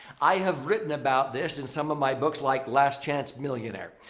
i have written about this in some of my books like last chance millionaire.